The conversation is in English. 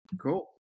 Cool